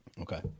Okay